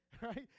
right